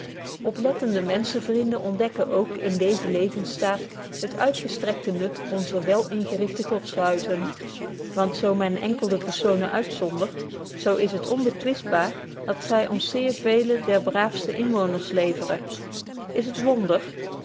op te voeden oplettende menschenvrienden ontdekken ook in deezen levensstaat het uitgestrekte nut onzer wel ingerichte godshuizen want zo men enkelde persoonen uitzonderd zo is het onbetwistbaar dat zy ons zeer veele der braafste inwoonders leveren is t wonder